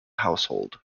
household